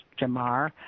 Jamar